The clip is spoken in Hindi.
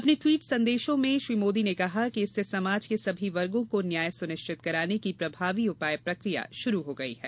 अपने ट्वीट संदेशों में भी मोदी ने कहा कि इससे समाज के सभी वर्गो को न्याय सुनिश्चित कराने की प्रभावी उपाय प्रकिया शुरू हो गयी है